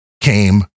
Came